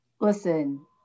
Listen